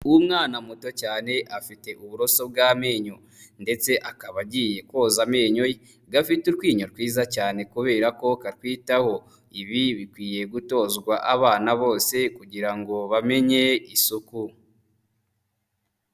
Umwana muto cyane afite uburoso bw'amenyo ndetse akaba agiye koza amenyo ye. Gafite utwinyo twiza cyane kubera ko katwitaho, ibi bikwiye gutozwa abana bose kugira ngo bamenye isuku.